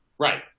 Right